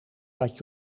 wat